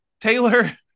Taylor